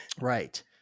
Right